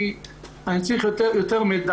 כי אני צריך יותר מידע.